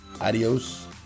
adios